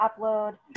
upload